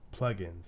plugins